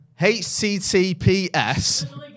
HTTPS